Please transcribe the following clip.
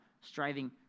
striving